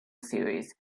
series